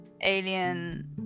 alien